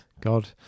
God